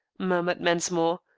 murmured mensmore,